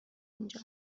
اینجا